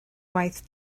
waith